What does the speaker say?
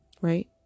right